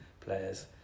players